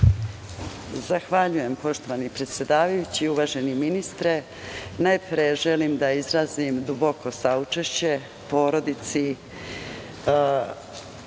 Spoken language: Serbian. Zahvaljujem poštovani predsedavajući, uvaženi ministre, najpre želim da izrazim duboko saučešće porodici